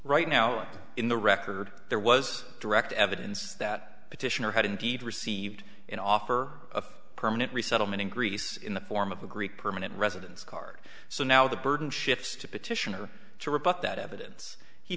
right now in the record there was direct evidence that petitioner had indeed received an offer of permanent resettlement in greece in the form of a greek permanent residence card so now the burden shifts to petitioner to rebut that evidence he